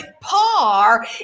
par